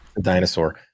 Dinosaur